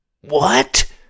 What